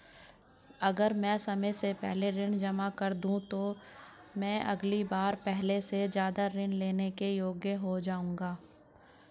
अगर मैं समय से पहले ऋण जमा कर दूं तो क्या मैं अगली बार पहले से ज़्यादा ऋण लेने के योग्य हो जाऊँगा?